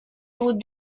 vous